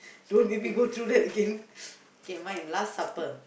don't make me go through that again k mine last supper